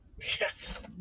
Yes